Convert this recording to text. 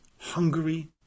Hungary